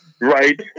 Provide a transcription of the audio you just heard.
Right